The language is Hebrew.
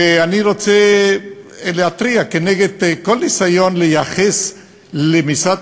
ואני רוצה להתריע כנגד כל ניסיון לייחס למשרד